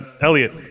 Elliot